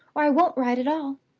or i won't ride at all.